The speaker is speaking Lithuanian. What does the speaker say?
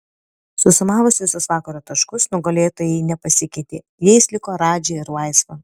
susumavus visus vakaro taškus nugalėtojai nepasikeitė jais liko radži ir laisva